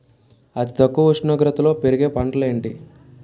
అతి తక్కువ ఉష్ణోగ్రతలో పెరిగే పంటలు ఏంటి?